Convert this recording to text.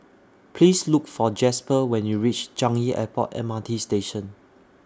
Please Look For Jasper when YOU REACH Changi Airport M R T Station